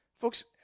folks